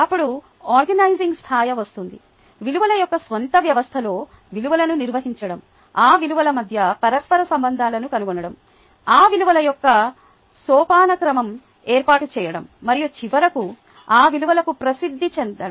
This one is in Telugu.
అప్పుడు ఆర్గనైజింగ్ స్థాయి వస్తుంది విలువల యొక్క స్వంత వ్యవస్థలో విలువలను నిర్వహించడం ఆ విలువల మధ్య పరస్పర సంబంధాలను కనుగొనడం ఆ విలువల యొక్క సోపానక్రమం ఏర్పాటు చేయడం మరియు చివరకు ఆ విలువలకు ప్రసిద్ది చెందడం